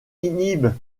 inhibe